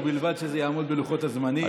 ובלבד שזה יעמוד בלוחות הזמנים.